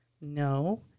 no